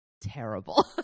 terrible